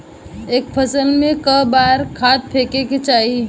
एक फसल में क बार खाद फेके के चाही?